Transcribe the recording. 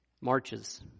Marches